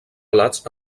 plats